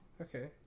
Okay